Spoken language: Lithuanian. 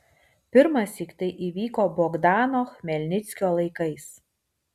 pirmąsyk tai įvyko bogdano chmelnickio laikais